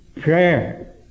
prayer